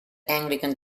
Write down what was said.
anglican